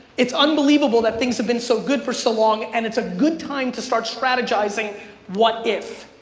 it's unbelievable that things have been so good for so long and it's a good time to start strategizing what if.